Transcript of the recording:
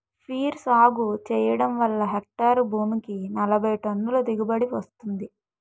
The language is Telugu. పీర్ సాగు చెయ్యడం వల్ల హెక్టారు భూమికి నలబైటన్నుల దిగుబడీ వస్తుంది